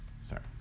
Sorry